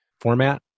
format